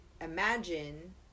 imagine